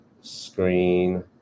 screen